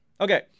Okay